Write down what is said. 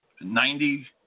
Ninety